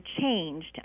changed